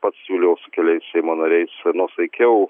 pats siūliau su keliais seimo nariais nuosaikiau